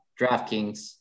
DraftKings